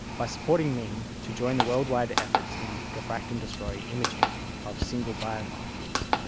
by supporting me to join the worldwide efforts in diffract and destroy imaging of single biomolecules,